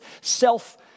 self